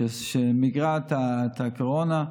שמיגרה את הקורונה.